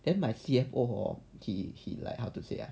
then my C_F_O hor he he like how to say ah